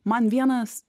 man vienas